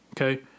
Okay